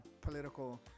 political